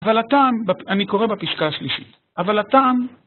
אבל הטעם, אני קורא בפסקה השלישית, אבל הטעם...